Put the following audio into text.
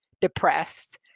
depressed